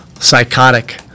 psychotic